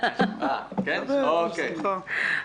בהצלחה.